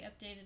updated